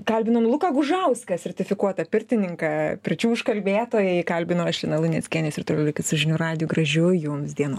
kalbinom luką gužauską sertifikuota pirtininką pirčių užkalbėtoją jį kalbino aš lina luneckienė jūs ir toliau likit su žinių radiju gražių jums dienų